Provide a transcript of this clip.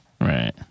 Right